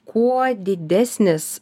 kuo didesnis